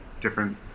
different